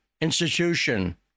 institution